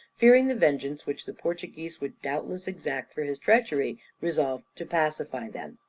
fearing the vengeance which the portuguese would doubtless exact for his treachery, resolved to pacify them.